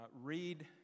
read